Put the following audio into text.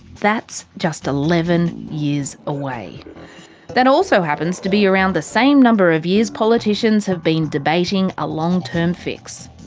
that's just eleven years away. and that also happens to be around the same number of years politicians have been debating a long term fix.